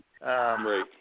Right